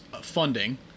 funding